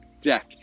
deck